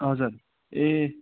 हजुर ए